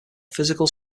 physical